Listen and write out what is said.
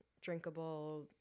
drinkable